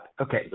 Okay